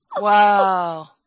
Wow